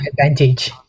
advantage